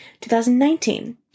2019